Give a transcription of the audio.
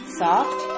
soft